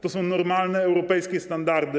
To są normalne, europejskie standardy.